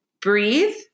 breathe